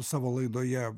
savo laidoje